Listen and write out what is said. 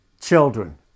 children